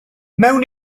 mewn